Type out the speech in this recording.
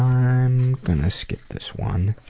i'm going to skip this one.